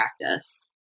practice